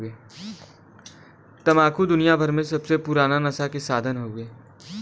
तम्बाकू दुनियाभर मे सबसे पुराना नसा क साधन हउवे